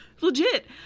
Legit